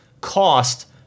cost